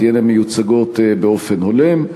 תהיינה מיוצגות באופן הולם.